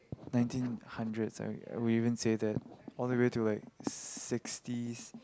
nineteen hundreds I I would even say that all the way to like sixties